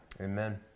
Amen